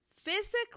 physically